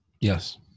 Yes